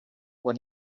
when